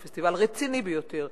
שהוא פסטיבל רציני ביותר,